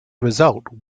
result